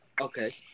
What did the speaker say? Okay